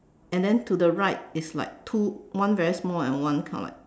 and then to the right is like two one very small and one kind of like